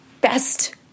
best